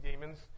demons